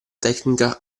tecnica